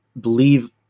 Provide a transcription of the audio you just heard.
believe